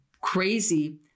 crazy